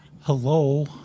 Hello